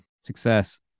success